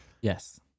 Yes